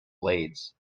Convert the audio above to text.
blades